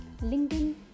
LinkedIn